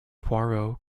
poirot